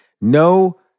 No